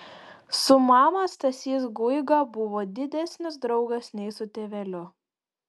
su mama stasys guiga buvo didesnis draugas nei su tėveliu